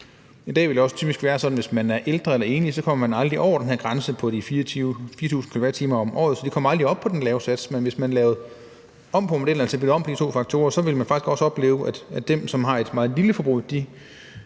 I dag vil det også typisk være sådan, at hvis man er ældre eller enlig, kommer man aldrig over den her grænse på de 4.000 kWh om året, så man kommer aldrig op på at få den lave sats, men hvis man lavede om på modellen og altså byttede om på de to faktorer, ville man faktisk også opleve, at dem, som har et meget lille forbrug,